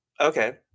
Okay